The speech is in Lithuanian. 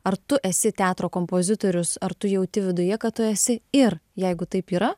ar tu esi teatro kompozitorius ar tu jauti viduje kad tu esi ir jeigu taip yra